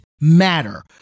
matter